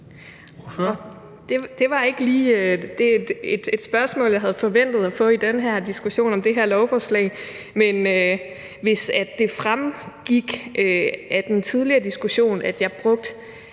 Det var ikke et spørgsmål, jeg havde forventet at få i den her diskussion om det her lovforslag, men hvis det fremgik af den tidligere diskussion, at jeg brugte